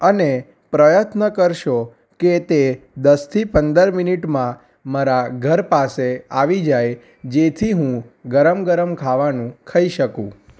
અને પ્રયત્ન કરશો કે તે દસથી પંદર મિનિટમાં મારા ઘર પાસે આવી જાય જેથી હું ગરમ ગરમ ખાવાનું ખાઈ શકું